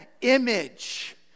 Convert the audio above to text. image